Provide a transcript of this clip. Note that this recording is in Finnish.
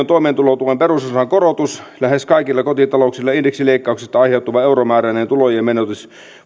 toimeentulotuen perusosan korotus lähes kaikilla kotita louksilla indeksileikkauksesta aiheutuva euromääräinen tulojen menetys